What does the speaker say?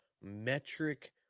metric